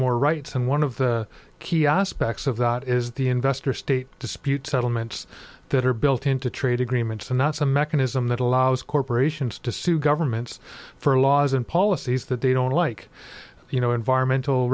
more rights and one of the key aspects of that is the investor state dispute settlements that are built into trade agreements and that's a mechanism that allows corporations to sue governments for laws and policies that they don't like you know environmental